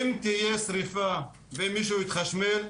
אם תהיה שריפה ומישהו התחשמל,